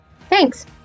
Thanks